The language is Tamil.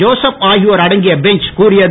ஜோசப் ஆகியோர் அடங்கிய பெஞ்ச் கூறியது